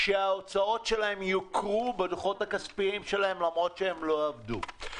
שההוצאות שלהם יוכרו בדוחות הכספיים שלהם למרות שהם לא עבדו.